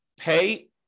pay